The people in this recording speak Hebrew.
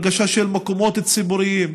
הנגשה של מקומות ציבוריים,